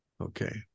Okay